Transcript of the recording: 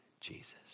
Jesus